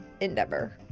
endeavor